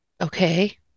Okay